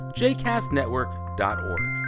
jcastnetwork.org